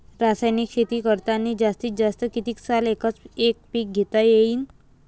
रासायनिक शेती करतांनी जास्तीत जास्त कितीक साल एकच एक पीक घेता येईन?